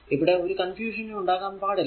ഇവിടെ ഒരു കൺഫ്യൂഷനും ഉണ്ടാകാൻ പാടില്ല